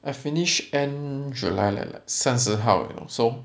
I finish end july leh 三十号 leh so